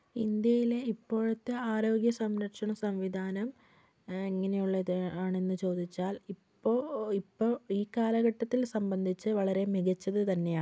ഇന്ത്യയിലെ ഇപ്പോഴത്തെ ആരോഗ്യ സംരക്ഷണ സംവിധാനം എങ്ങനെ ഉള്ളതാണ് എന്ന് ചോദിച്ചാൽ ഇപ്പോൾ ഇപ്പോൾ ഈ കലഘട്ടത്തിൽ സംബന്ധിച്ച് വളരെ മികച്ചത് തന്നെയാണ്